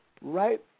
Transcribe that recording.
right